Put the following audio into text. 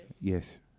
Yes